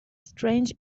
strange